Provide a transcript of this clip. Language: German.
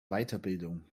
weiterbildung